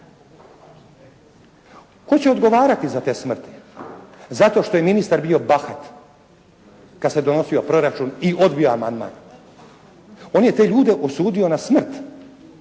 Tko će odgovarati za te smrti? Zato što je ministar bio bahat kada se donosio proračun i odbio amandman. On je te ljude osudio na smrt,